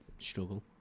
Struggle